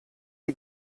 die